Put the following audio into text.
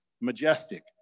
majestic